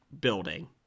building